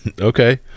okay